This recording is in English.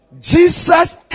jesus